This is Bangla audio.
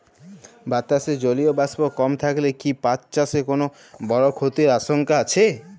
বাতাসে জলীয় বাষ্প কম থাকলে কি পাট চাষে কোনো বড় ক্ষতির আশঙ্কা আছে?